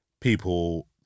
people